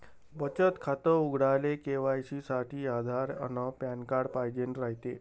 बचत खातं उघडाले के.वाय.सी साठी आधार अन पॅन कार्ड पाइजेन रायते